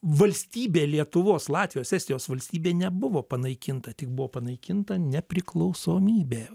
valstybė lietuvos latvijos estijos valstybė nebuvo panaikinta tik buvo panaikinta nepriklausomybė